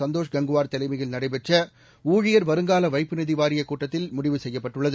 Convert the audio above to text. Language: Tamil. சந்தோஷ் கங்குவார் தலைமையில் நடைபெற்ற ஊழியர் வருங்கால வைப்பு நிதி வாரியக் கூட்டத்தில் முடிவு செய்யப்பட்டுள்ளது